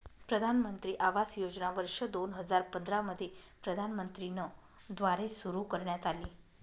प्रधानमंत्री आवास योजना वर्ष दोन हजार पंधरा मध्ये प्रधानमंत्री न द्वारे सुरू करण्यात आली